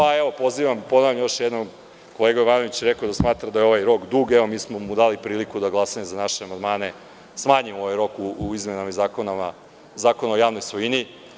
Pozivam, ponavljam još jednom, kolega Jovanović je rekao da smatra da je ovaj rok dug, evo, mi smo mu dali priliku da glasa i za naše amandmane, smanjimo ovaj rok u izmenama Zakona o javnoj svojini.